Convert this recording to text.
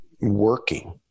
working